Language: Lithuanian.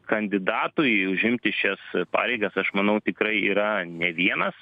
kandidatų į imti šias pareigas aš manau tikrai yra ne vienas